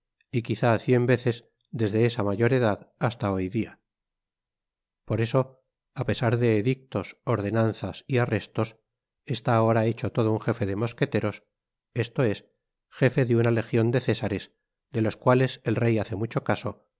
y quizá cien veces desde esa mayor edad hasta hoy dia por eso apesar de edictos ordenanzas y arrestos está ahora hecho todo un jefe de mosqueteros esto es gefe de una lejion de césares de los cuales el rey hace mucho caso